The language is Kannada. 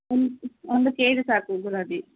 ಒಂದು ಕೆ ಜಿ ಸಾಕು ಗುಲಾಬಿ